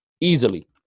easily